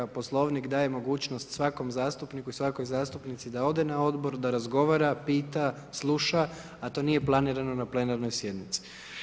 Poslovnik daje mogućnost svakom zastupniku i svakoj zastupnici da ode na odbor, da razgovara, pita, sluša, a to nije planirano na plenarnoj sjednici.